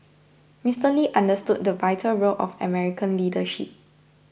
Mister Lee understood the vital role of American leadership